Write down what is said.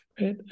Right